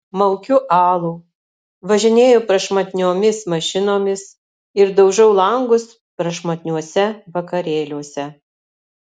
maukiu alų važinėju prašmatniomis mašinomis ir daužau langus prašmatniuose vakarėliuose